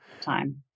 time